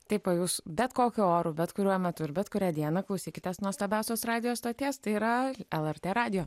tai o jūs bet kokiu oru bet kuriuo metu ir bet kurią dieną klausykitės nuostabiausios radijos stoties tai yra lrt radijo